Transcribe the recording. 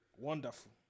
Wonderful